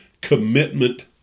commitment